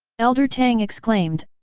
elder tang exclaimed,